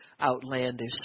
outlandish